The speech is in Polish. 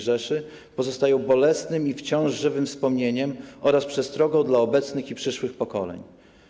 Rzeszy pozostają bolesnym i wciąż żywym wspomnieniem oraz przestrogą dla obecnych i przyszłych pokoleń.